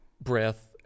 breath